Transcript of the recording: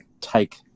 take